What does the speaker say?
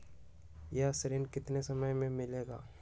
यह ऋण कितने समय मे मिलेगा?